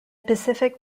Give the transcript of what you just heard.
pacific